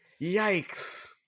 yikes